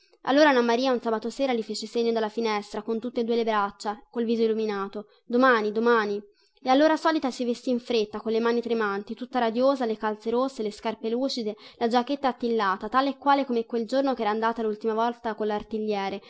allora anna maria un sabato sera gli fece segno dalla finestra con tutte e due le braccia col viso illuminato domani domani e allora solita si vestì in fretta colle mani tremanti tutta radiosa le calze rosse le scarpe lucide la giacchetta attillata tale quale come quel giorno chera andata lultima volta collartigliere